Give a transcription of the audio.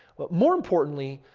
but more importantly,